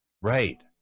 Right